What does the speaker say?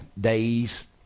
Days